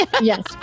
Yes